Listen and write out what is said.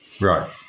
Right